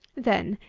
then,